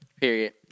Period